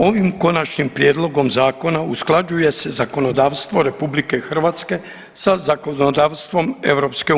Ovim Konačnim prijedlogom zakona usklađuje se zakonodavstvo RH sa zakonodavstvom EU.